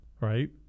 right